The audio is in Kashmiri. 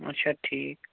اچھا ٹھیٖک